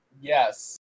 Yes